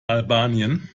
albanien